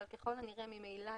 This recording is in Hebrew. אבל ככל הנראה ממילא